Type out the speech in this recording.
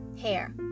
hair